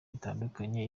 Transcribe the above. bitandukanye